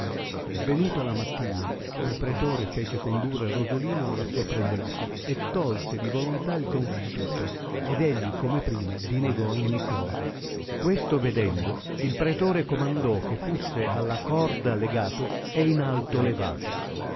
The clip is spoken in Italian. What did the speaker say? venuta la mattina il pretore fece condurre rosolino alla sua presenza e tolse di volontà il constituto ed egli come prima dinegò ogni cosa questo vedendo il pretore comandò che fusse alla corda legato e in alto levato